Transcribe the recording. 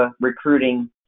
recruiting